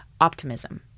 optimism